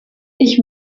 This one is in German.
ich